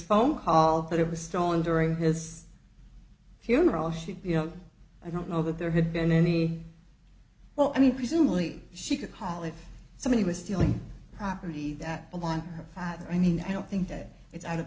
phone call that it was stolen during his funeral she you know i don't know that there had been any well i mean presumably she could haul if somebody was stealing property that i want her father i mean i don't think that it's out of